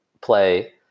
play